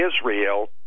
Israel